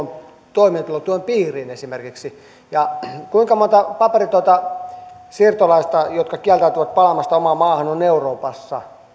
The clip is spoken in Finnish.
toimeentulotukemme piiriin esimerkiksi ja kuinka monta paperitonta siirtolaista jotka kieltäytyvät palaamasta omaan maahansa on euroopassa